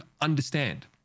understand